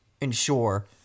ensure